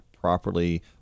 properly